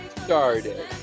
started